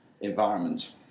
environment